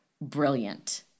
brilliant